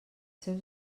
seus